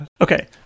Okay